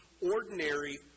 ordinary